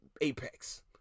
Apex